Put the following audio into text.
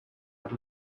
are